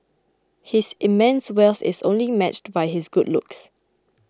his immense wealth is only matched by his good looks